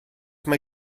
mae